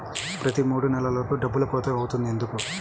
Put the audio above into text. ప్రతి మూడు నెలలకు డబ్బులు కోత అవుతుంది ఎందుకు?